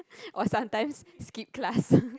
or sometimes skip class